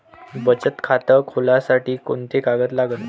बचत खात खोलासाठी कोंते कागद लागन?